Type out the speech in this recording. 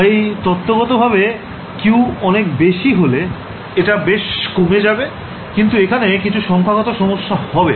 তাই তত্ত্বগতভাবে q অনেক বেশি হলে এটা বেশ কমে যাবে কিন্তু এখানে কিছু সংখ্যাগত সমস্যা হবে